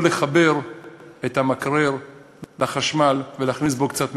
או לחבר את המקרר לחשמל ולהכניס בו קצת מצרכים,